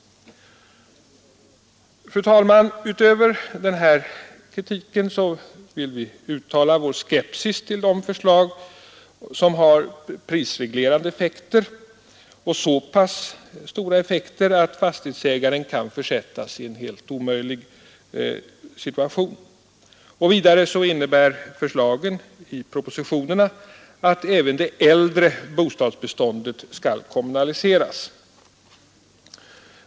Fru talman! Utöver den här kritiken vill vi uttala vår skepsis mot de förslag som har så stora prisreglerande effekter att fastighetsägaren kan försättas i en helt omöjligt situation. Vidare innebär förslagen i propositionerna att även det äldre bostadsbeståndet skall kommunaliseras.